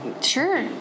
sure